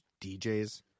DJs